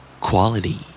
Quality